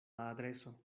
adreso